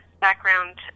background